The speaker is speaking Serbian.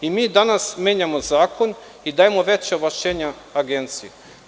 Mi danas menjamo zakon i dajemo veća ovlašćenja Agenciji.